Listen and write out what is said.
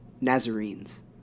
Nazarenes